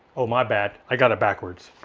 oh my bad, i got it backwards.